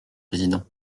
président